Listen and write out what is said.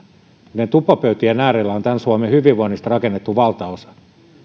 niiden tupopöytien äärellä on tämän suomen hyvinvoinnista rakennettu valtaosa